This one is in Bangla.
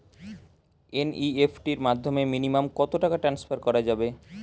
এন.ই.এফ.টি এর মাধ্যমে মিনিমাম কত টাকা টান্সফার করা যাবে?